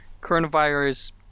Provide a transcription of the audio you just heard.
coronavirus